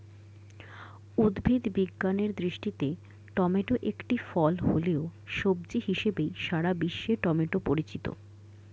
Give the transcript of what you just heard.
উদ্ভিদ বিজ্ঞানের দৃষ্টিতে টমেটো একটি ফল হলেও, সবজি হিসেবেই সারা বিশ্বে টমেটো পরিচিত